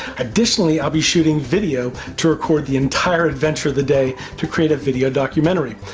additionally i'll be shooting video to record the entire adventure of the day to create a video documentary.